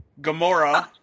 Gamora